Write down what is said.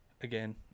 again